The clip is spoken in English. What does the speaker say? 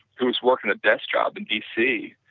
who is working a desk job in dc,